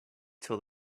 till